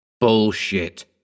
Bullshit